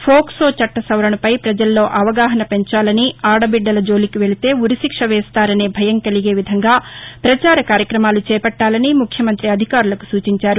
POCSO చట్ట సవరణపై ప్రజలలో అవగాహన పెంచాలని ఆడబిడ్డల జోలికి వెళితే ఉరిశిక్ష వేస్తారనే భయం కలిగేవిధంగా ప్రచార కార్యక్రమాలు చేపట్టాలని ముఖ్యమంతి అధికారులకు సూచించారు